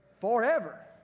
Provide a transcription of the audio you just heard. forever